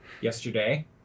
yesterday